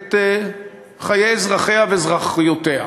את חיי אזרחיה ואזרחיותיה,